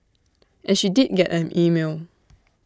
and she did get an email